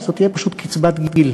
שזו תהיה פשוט "קצבת גיל".